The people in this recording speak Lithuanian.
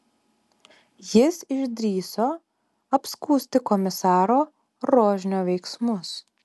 jis išdrįso apskųsti komisaro rožnio veiksmus